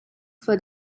for